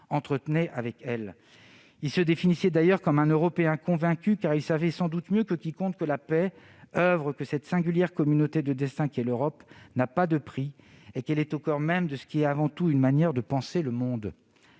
entretenait avec elle. Il se définissait d'ailleurs comme un « Européen convaincu », car il savait sans doute mieux que quiconque que la paix, oeuvre de cette singulière communauté de destin qu'est l'Europe, n'a pas de prix et qu'elle est au coeur même de ce qui est avant tout une manière de penser le monde.